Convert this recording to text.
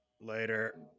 Later